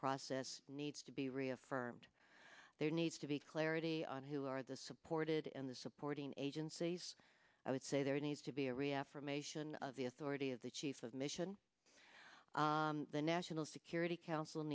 process needs to be reaffirmed there needs to be clarity on who are the supported in the supporting agencies i would say there needs to be a reaffirmation of the authority of the chief of mission the national security council